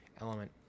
element